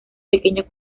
pequeño